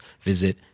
visit